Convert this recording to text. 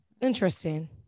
interesting